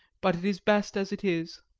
but it is best as it is.